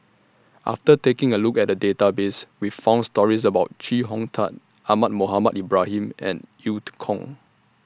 after taking A Look At The Database We found stories about Chee Hong Tat Ahmad Mohamed Ibrahim and EU Kong